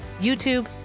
YouTube